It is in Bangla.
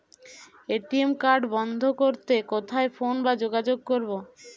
এ.টি.এম কার্ড বন্ধ করতে কোথায় ফোন বা যোগাযোগ করব?